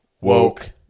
Woke